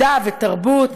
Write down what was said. מדע ותרבות,